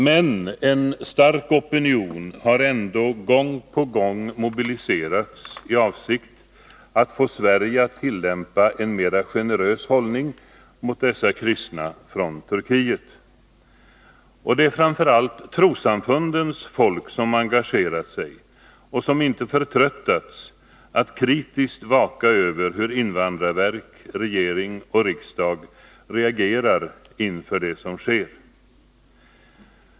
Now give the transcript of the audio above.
Men en stark opinion har ändå gång på gång mobiliserats i avsikt att få Sverige att tillämpa en mera generös hållning mot dessa kristna från Turkiet. Det är framför allt trossamfundens folk som engagerat sig och som inte förtröttats att kritiskt vaka över hur invandrarverk, regering och riksdag reagerar inför det som sker.